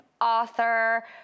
author